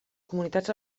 comunitats